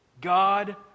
God